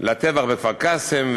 לטבח בכפר-קאסם,